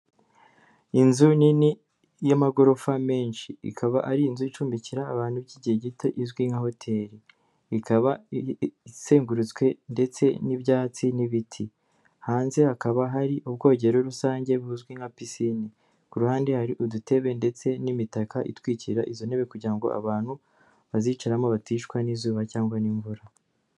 Inzu nini y'amagorofa menshi; ikaba ari inzu icumbikira abantu by'igihe gito izwi nka hotel, ikaba izengurutswe ndetse n'ibyatsi n'ibiti, hanze hakaba hari ubwogero rusange buzwi nka pisine, ku ruhande hari udutebe ndetse n'imitaka itwikira izo ntebe kugira ngo abantu bazicaramo baticwa n'izuba cyangwa n'imvura.